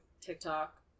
TikTok